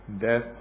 death